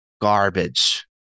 Garbage